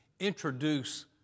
introduce